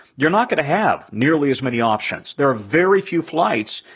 you're not gonna have nearly as many options. there are very few flights,